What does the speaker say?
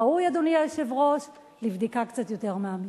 ראויים, אדוני היושב-ראש, לבדיקה קצת יותר מעמיקה.